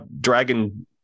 dragon